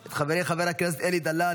את חברי חבר הכנסת אלי דלל,